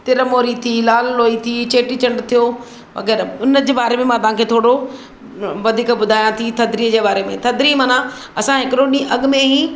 तिरमूरी थी लाललोई थी चेटीचंडु थियो वग़ैरह हुनजे बारे में मां तव्हांखे थोरो वधीक ॿुधायां थी थधिड़ी जे बारे में थधिड़ी माना असां हिकिड़ो ॾींहुं अॻु में ई